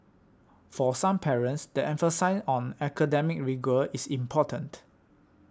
for some parents the emphasis on academic rigour is important